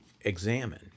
examine